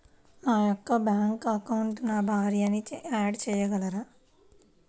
నా యొక్క బ్యాంక్ అకౌంట్కి నా భార్యని యాడ్ చేయగలరా?